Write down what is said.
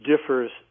differs